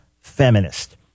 feminist